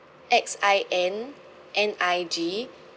X I N N I G